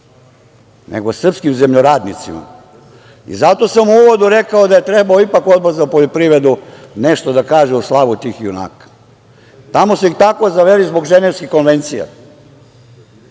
nego srpskim zemljoradnicima. Zato sam u uvodu rekao da je trebao ipak Odbor za poljoprivredu nešto da kaže u slavu tih junaka. Tamo su ih tako zaveli zbog ženevskih konvencija.